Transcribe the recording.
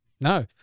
No